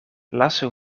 lasu